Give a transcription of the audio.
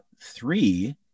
Three